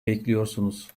bekliyorsunuz